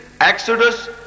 Exodus